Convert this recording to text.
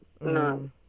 no